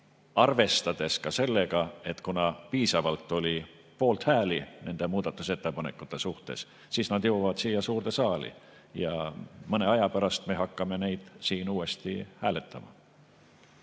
arvestades ka sellega, et kuna piisavalt oli poolthääli nende muudatusettepanekute suhtes, siis nad jõuavad siia suurde saali ja mõne aja pärast me hakkame neid siin uuesti hääletama.